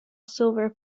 silver